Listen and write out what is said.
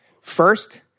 First